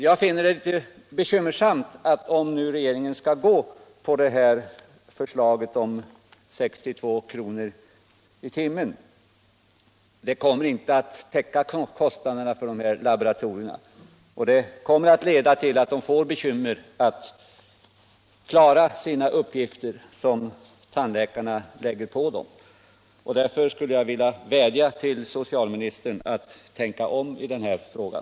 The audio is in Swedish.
Jag finner det bekymmersamt, om regeringen nu skall följa förslaget om 62 kr. i timmen. Det kommer inte att täcka kostnaderna för de tandtekniska laboratorierna, utan de kommer att få svårt att klara de uppgifter som tandläkarna lägger på dem. Därför skulle jag vilja vädja till socialministern att han tänker om i den här frågan.